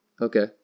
Okay